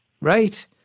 right